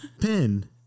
pen